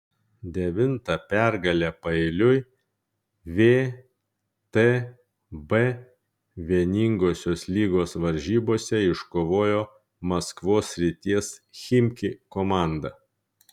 devintą pergalę paeiliui vtb vieningosios lygos varžybose iškovojo maskvos srities chimki komanda